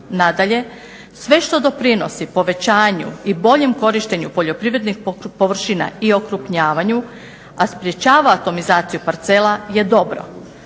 Nadalje, sve što doprinosi povećanju i boljem korištenju poljoprivrednih površina i okrupnjavanju, a sprječava atomizaciju parcela je dobro.